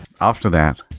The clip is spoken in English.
after that,